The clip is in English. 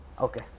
Okay